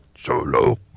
solo